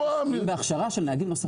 משקיעים בהכשרה לנהגים.